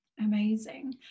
amazing